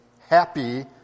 happy